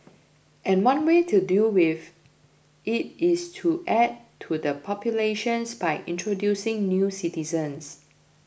and one way to deal with it is to add to the populations by introducing new citizens